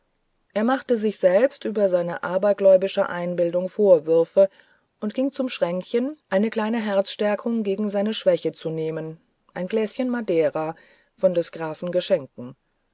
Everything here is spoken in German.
er machte sich selbst über seine abgergläubische einbildung vorwürfe und ging zum schränkchen eine kleine herzstärkung gegen seine schwäche zu nehmen ein gläschen madeira von des grafen geschenken